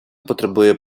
потребує